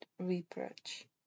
reproach